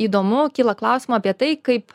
įdomu kyla klausimų apie tai kaip